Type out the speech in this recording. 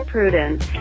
Prudence